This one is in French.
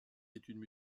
études